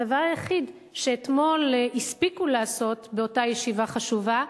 הדבר היחיד שאתמול הספיקו לעשות באותה ישיבה חשובה,